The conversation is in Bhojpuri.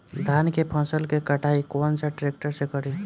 धान के फसल के कटाई कौन सा ट्रैक्टर से करी?